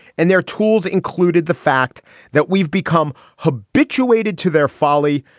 and their tools included the fact that we've become habituated to their folly,